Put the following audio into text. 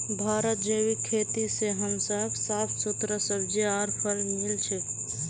भारतत जैविक खेती से हमसाक साफ सुथरा सब्जियां आर फल मिल छ